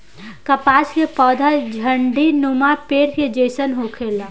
कपास के पौधा झण्डीनुमा पेड़ के जइसन होखेला